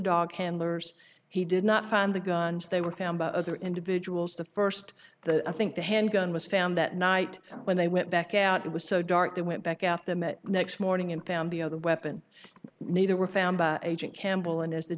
dog handlers he did not find the guns they were found by other individuals the first the i think the handgun was found that night when they went back out it was so dark they went back out the met next morning and found the other weapon neither were found agent campbell and as the